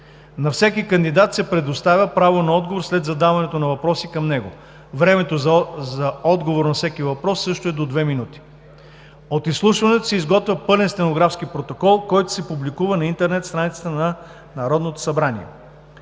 На всеки кандидат се предоставя право на отговор след задаването на въпрос към него. Времето за отговор на всеки въпрос е до 2 минути. 7. От изслушването се изготвя пълен стенографски протокол, който се публикува на интернет страницата на Народното събрание.